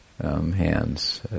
hands